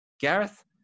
Gareth